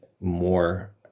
more